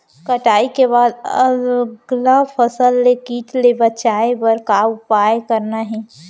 कटाई के बाद अगला फसल ले किट ले बचाए बर का उपाय करना हे?